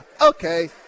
okay